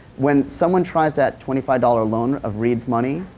when someone tries that twenty five dollar loan of reidis money,